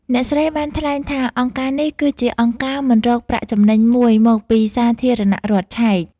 អ្នកស្រីបានថ្លែងថា អង្គការនេះគឺជាអង្គការមិនរកប្រាក់ចំណេញមួយមកពីសាធារណរដ្ឋឆែក។